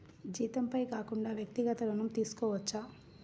జీతంపై కాకుండా వ్యక్తిగత ఋణం తీసుకోవచ్చా?